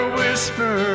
whisper